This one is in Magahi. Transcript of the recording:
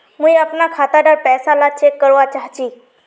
मुई अपना खाता डार पैसा ला चेक करवा चाहची?